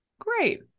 Great